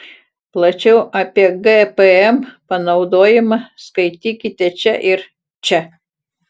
plačiau apie gpm panaudojimą skaitykite čia ir čia